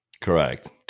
Correct